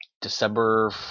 December